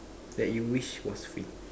that you wish was free